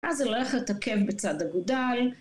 אז הולכת עקב בצד אגודל